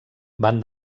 van